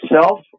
self